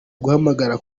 guhamagara